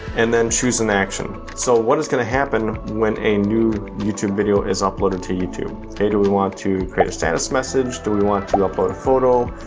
and then choose an action. so what is gonna happen when a new youtube video is uploaded to youtube? do we want to create a status message? do we want to upload a photo?